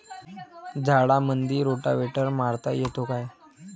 झाडामंदी रोटावेटर मारता येतो काय?